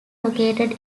located